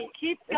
Keep